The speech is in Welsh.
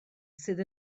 sydd